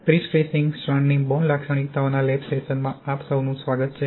prestressing સ્ટ્રાન્ડની bond લાક્ષણિકતાઓના lab સેશનમાં આપ સૌનું સ્વાગત છે